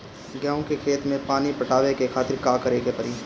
गेहूँ के खेत मे पानी पटावे के खातीर का करे के परी?